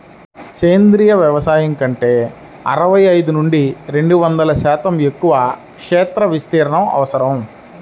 సేంద్రీయ వ్యవసాయం కంటే అరవై ఐదు నుండి రెండు వందల శాతం ఎక్కువ క్షేత్ర విస్తీర్ణం అవసరం